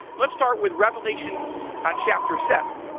let's start with revelation chapter seven,